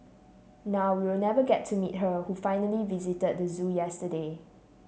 now we'll never get to meet her who finally visited the zoo yesterday